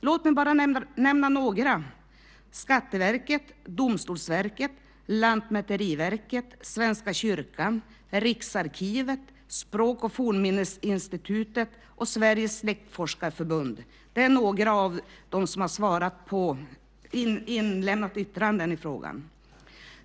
Låt mig nämna några: Skatteverket, Domstolsverket, Lantmäteriverket, Svenska kyrkan, Riksarkivet, Språk och fornminnesinstitutet och Sveriges släktforskarförbund. Det är några av dem som har inlämnat yttranden i frågan.